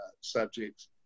subjects